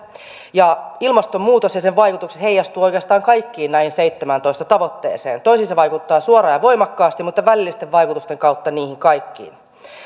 ja ilmastonmuutos ja sen vaikutukset heijastuvat oikeastaan näihin kaikkiin seitsemääntoista tavoitteeseen toisiin se vaikuttaa suoraan ja voimakkaasti mutta välillisten vaikutusten kautta niihin kaikkiin